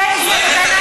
בין שזה,